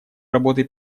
работы